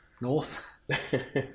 north